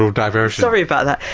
diversion. sorry about that.